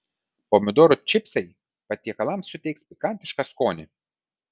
pomidorų čipsai patiekalams suteiks pikantišką skonį